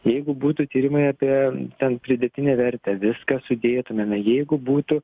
jeigu būtų tyrimai apie ten pridėtinę vertę viską sudėtumėme jeigu būtų